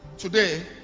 Today